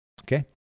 Okay